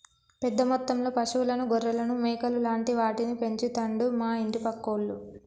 పెద్ద మొత్తంలో పశువులను గొర్రెలను మేకలు లాంటి వాటిని పెంచుతండు మా ఇంటి పక్కోళ్లు